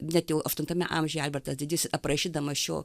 net jau aštuntame amžiuje albertas didysis aprašydamas šio